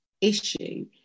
issue